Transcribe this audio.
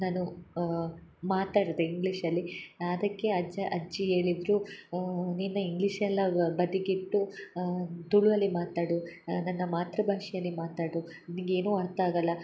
ನಾನು ಮಾತಾಡದೇ ಇಂಗ್ಲಿಷಲ್ಲಿ ಅದಕ್ಕೆ ಅಜ್ಜ ಅಜ್ಜಿ ಹೇಳಿದ್ರು ನೀನು ಇಂಗ್ಲಿಷ್ ಎಲ್ಲವ ಬದಿಗಿಟ್ಟು ತುಳುವಲ್ಲಿ ಮಾತಾಡು ನನ್ನ ಮಾತೃ ಭಾಷೆಯಲ್ಲಿ ಮಾತಾಡು ನಿನಗೇನು ಅರ್ಥ ಆಗಲ್ಲ